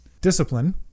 Discipline